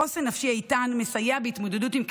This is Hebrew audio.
חוסן נפשי איתן מסייע בהתמודדות עם כאב.